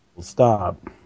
stop